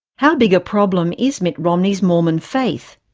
how big a problem is mitt romney's mormon faith?